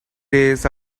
days